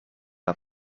had